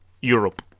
Europe